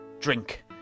drink